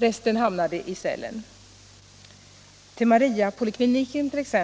Resten hamnade i cellen. Till Mariapolikliniken t.ex.